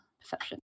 Perception